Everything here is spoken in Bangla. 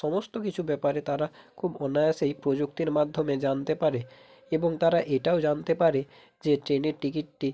সমস্ত কিছু ব্যাপারে তারা খুব অনায়াসেই প্রযুক্তির মাধ্যমে জানতে পারে এবং তারা এটাও জানতে পারে যে ট্রেনের টিকিটটি